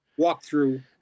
walkthrough